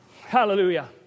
Hallelujah